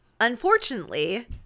Unfortunately